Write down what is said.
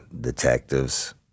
detectives